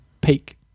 peak